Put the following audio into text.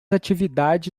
atividade